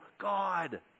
God